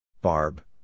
Barb